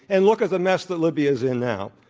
and look at the mess that libya's in now.